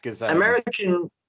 American